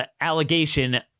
allegation